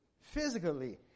physically